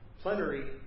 plenary